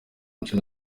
nsina